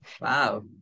Wow